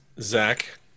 Zach